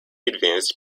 advanced